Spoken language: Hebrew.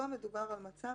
פה מדובר על מצב